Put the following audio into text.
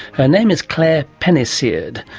her name is claire penniceard,